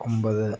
ഒമ്പത്